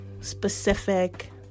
specific